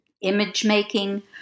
image-making